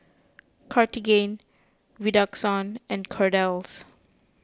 Cartigain Redoxon and Kordel's